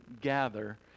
gather